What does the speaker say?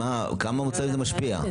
על כמה מוצרים זה משפיע?